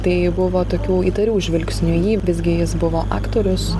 tai buvo tokių įtarių žvilgsnių į jį visgi jis buvo aktorius